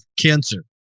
cancer